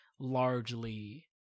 largely